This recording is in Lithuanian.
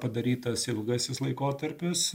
padarytas ilgasis laikotarpis